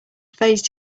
phase